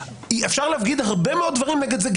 אפשר להגיד הרבה מאוד דברים נגד זה,